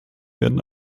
werden